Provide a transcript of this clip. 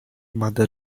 mother